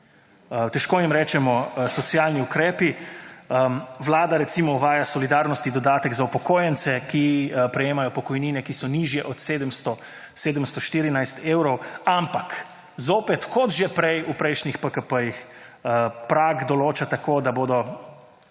Težko jim rečemo socialni ukrepi. Vlada, recimo, uvaja solidarnostni dodatek za upokojence, ki prejemajo pokojnine, ki so nižje od 714 evrov, ampak zopet kot že prej v prejšnjih PKP-jih prag določa tako, da bodo